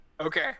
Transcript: Okay